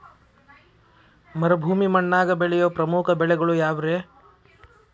ಮರುಭೂಮಿ ಮಣ್ಣಾಗ ಬೆಳೆಯೋ ಪ್ರಮುಖ ಬೆಳೆಗಳು ಯಾವ್ರೇ?